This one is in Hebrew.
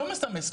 לא מסמס,